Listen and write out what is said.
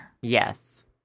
Yes